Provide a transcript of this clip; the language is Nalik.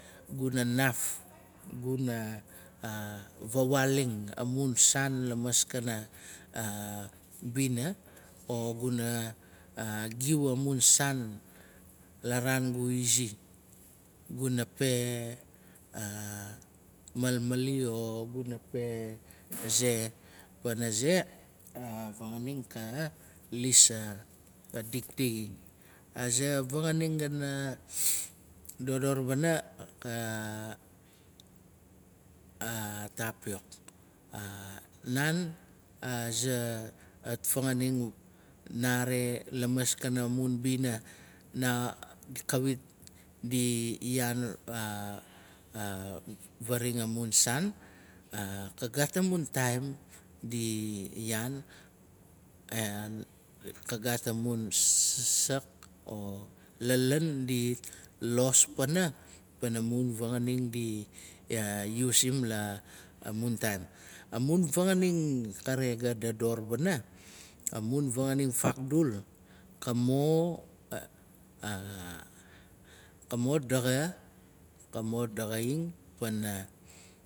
Guna naf guna vawaaling amun saan lamaskana bina. O guna gui amun saan la raan gu izi. Guna pe malmali o guna pe ze pana ze. a vanganing ka lis a dikdixing. Aza vanganing gana dodor wana a tapiok. Naan aza. fangan lamaskana mun bina. kawit di yaan faraxaing amun saan. Ka gaat amun sak la lan di los pana mun fanganing di usim la mun taan. Amun fanganing kare ga dodor wana, amun fanganing fakdul ka ma daxaing.